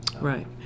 Right